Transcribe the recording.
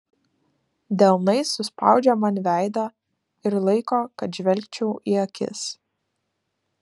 delnais suspaudžia man veidą ir laiko kad žvelgčiau į akis